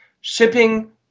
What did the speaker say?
shipping